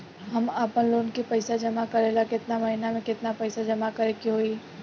हम आपनलोन के पइसा जमा करेला केतना महीना केतना पइसा जमा करे के होई?